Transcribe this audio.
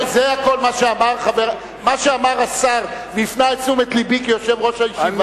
מה שאמר השר והפנה את תשומת לבי אליו כיושב-ראש הישיבה,